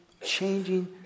changing